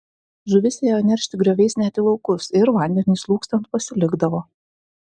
žuvis ėjo neršti grioviais net į laukus ir vandeniui slūgstant pasilikdavo